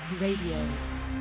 Radio